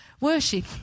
Worship